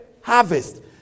harvest